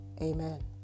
amen